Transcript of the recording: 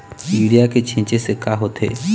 Urea के छींचे से का होथे?